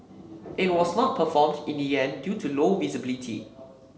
it was not performed in the end due to low visibility